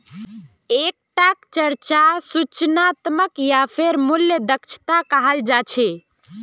एक टाक चर्चा सूचनात्मक या फेर मूल्य दक्षता कहाल जा छे